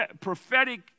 prophetic